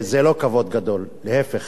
זה לא כבוד גדול, להיפך.